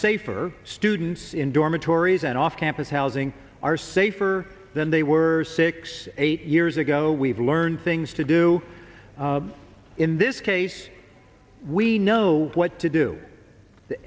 safer students in dormitories and off campus housing are safer than they were six eight years ago we've learned things to do in this case we know what to do the